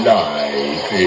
life